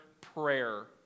prayer